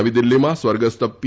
નવી દિલ્હીમાં સ્વર્ગસ્થ પી